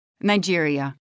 Nigeria